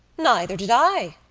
neither did i,